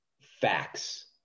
facts